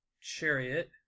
Chariot